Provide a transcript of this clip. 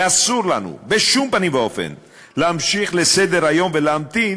ואסור לנו בשום פנים ואופן להמשיך לסדר-היום ולהמתין